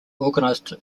organized